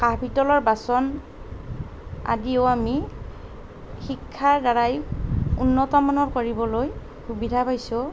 কাঁহ পিতলৰ বাচন আদিও আমি শিক্ষাৰ দ্বাৰাই উন্নতমানৰ কৰিবলৈ সুবিধা পাইছোঁ